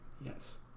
Yes